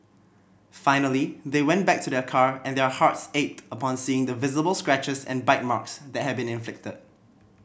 finally they went back to their car and their hearts ached upon seeing the visible scratches and bite marks that had been inflicted